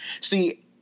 See